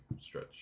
stretch